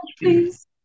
please